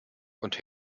und